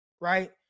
right